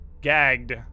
gagged